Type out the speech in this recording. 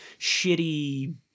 shitty